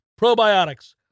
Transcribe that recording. probiotics